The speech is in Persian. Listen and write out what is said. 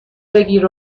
بگیرد